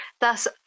Thus